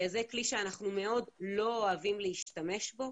שזה כלי שאנחנו מאוד לא אוהבים להשתמש בו,